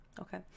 Okay